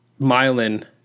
myelin